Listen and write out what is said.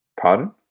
Pardon